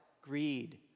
greed